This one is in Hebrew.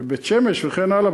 בית-שמש וכן הלאה.